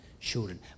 children